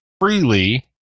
freely